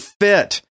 fit